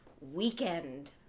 weekend